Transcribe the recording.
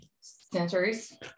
centuries